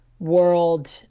world